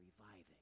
reviving